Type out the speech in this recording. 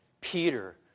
Peter